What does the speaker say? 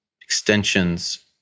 extensions